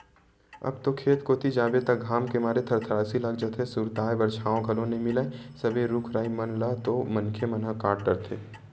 अब तो खेत कोती जाबे त घाम के मारे थरथरासी लाग जाथे, सुरताय बर छांव घलो नइ मिलय सबे रुख राई मन ल तो मनखे मन ह काट डरथे